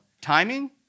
timing